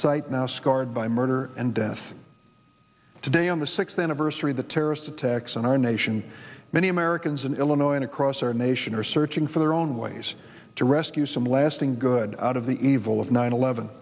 site now scarred by murder and death today on the sixth anniversary of the terrorist attacks on our nation many americans in illinois and across our nation are searching for their own ways to rescue some lasting good out of the evil of nine eleven